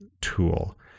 tool